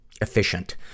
efficient